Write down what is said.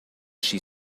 she